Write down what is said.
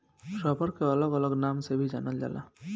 rubber के अलग अलग नाम से भी जानल जाला